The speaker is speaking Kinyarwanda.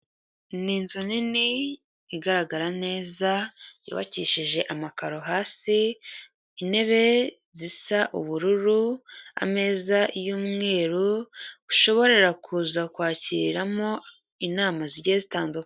Ni inzu nini igaragara neza yubakishije amakaro hasi, intebe zisa ubururu, ameza y'umweru bushoborera kuza kwakiriramo inama zigiye zitandukanye.